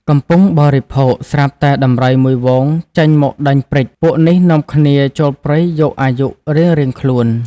កំពុងបរិភោគ ស្រាប់តែដំរីមួយហ្វូងចេញមកដេញព្រិច ពួកនេះនាំគ្នាចូលព្រៃយកអាយុរៀងៗខ្លួន ។